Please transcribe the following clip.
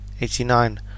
eighty-nine